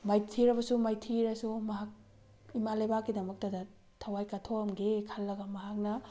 ꯃꯥꯏꯊꯤꯔꯕꯁꯨ ꯃꯥꯏꯊꯤꯔꯁꯨ ꯃꯍꯥꯛ ꯏꯃꯥ ꯂꯩꯕꯥꯛꯀꯤ ꯗꯃꯛꯇ ꯊꯋꯥꯏ ꯀꯠꯊꯣꯛꯑꯃꯒꯦ ꯈꯜꯂꯒ ꯃꯍꯥꯛꯅ